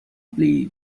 believe